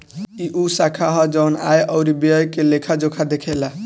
ई उ शाखा ह जवन आय अउरी व्यय के लेखा जोखा देखेला